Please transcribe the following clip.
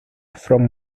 from